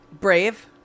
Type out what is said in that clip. brave